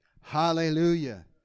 Hallelujah